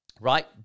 right